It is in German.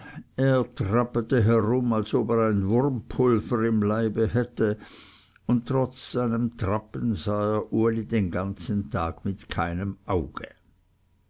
als ob er ein wurmpulver im leibe hätte und trotz seinem trappen sah er uli den ganzen tag mit keinem auge